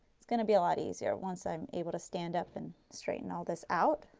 it's going to be a lot easier once i am able to stand up and straighten all this out,